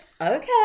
Okay